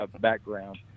background